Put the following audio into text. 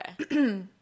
okay